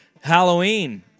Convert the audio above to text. Halloween